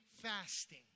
fasting